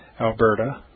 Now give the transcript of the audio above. Alberta